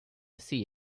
see